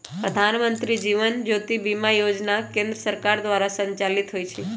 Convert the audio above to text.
प्रधानमंत्री जीवन ज्योति बीमा जोजना केंद्र सरकार द्वारा संचालित होइ छइ